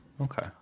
Okay